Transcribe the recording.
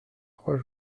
trois